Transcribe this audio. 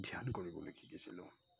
ধ্যান কৰিবলৈ শিকিছিলোঁ